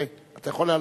אוקיי, אתה יכול להעלות.